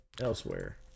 elsewhere